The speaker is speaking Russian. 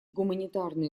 гуманитарные